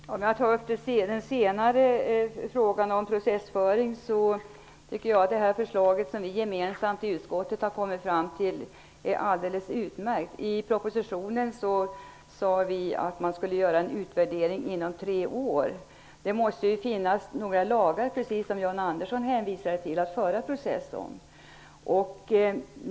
Herr talman! Jag skall ta upp den senare frågan om processföring. Jag tycker att det förslag som vi gemensamt i utskottet har kommit fram till är alldeles utmärkt. I propositionen sägs det att man skall göra en utvärdering inom tre år. Precis som Jan Andersson sade måste det ju finnas några lagar att föra process om.